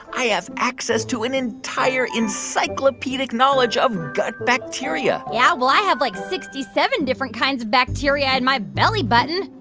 i have access to an entire encyclopedic encyclopedic knowledge of gut bacteria yeah? well, i have like sixty seven different kinds of bacteria in my belly button.